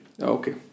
Okay